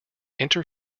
inter